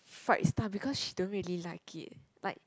fried stuff because she don't really like it like